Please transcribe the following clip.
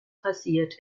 passiert